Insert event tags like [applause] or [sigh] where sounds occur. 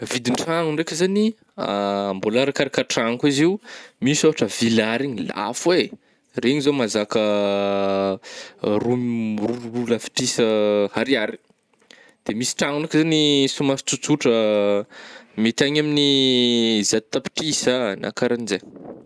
Vidin-tragno ndraika zany [hesitation] mbôla arakaraka tragno koa izy io misy ôhatra villa regny lafo eh, regny zao mazaka [hesitation] roa [hesitation] roa lavitrisa ariary, de misy tragno ndraika zany somary tsotsotra [hesitation] mety agny amin'ny zato tapitrisa na ka rahan-jegny. [noise]